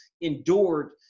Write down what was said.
endured